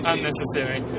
Unnecessary